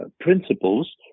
principles